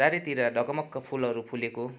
चारैतिर ढकमक्क फुलहरू फुलेको